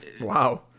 wow